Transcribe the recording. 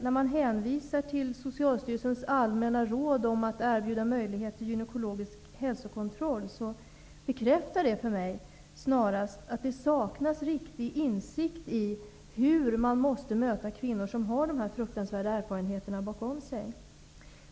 När man hänvisar till Socialstyrelsens allmänna råd om att erbjuda möjlighet till gynekologisk hälsokontroll bekräftas för mig snarast att det saknas riktig insikt om hur man skall möta kvinnor som har dessa fruktansvärda erfarenheter bakom sig.